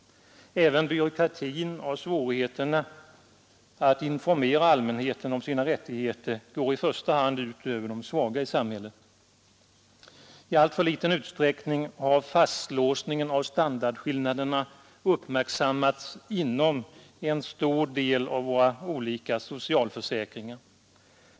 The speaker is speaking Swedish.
Även byråkratin och svårigheterna att informera allmänheten om de enskilda människornas rättigheter går i första hand ut över de svaga i samhället. I alltför liten utsträckning har fastlåsningen av standardskillnaderna uppmärksammats inom en stor del av våra olika socialförsäkringar.